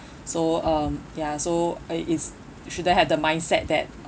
so um ya so I is shouldn't have the mindset that